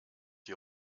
die